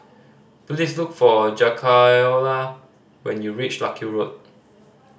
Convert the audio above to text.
please look for Jakayla when you reach Larkhill Road